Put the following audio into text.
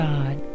God